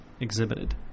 exhibited